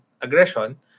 aggression